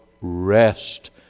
rest